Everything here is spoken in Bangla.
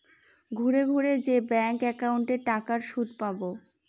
ঘুরে ঘুরে যে ব্যাঙ্ক একাউন্টে টাকার সুদ পাবো